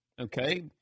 Okay